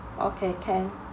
okay can